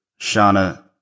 Shauna